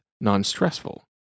non-stressful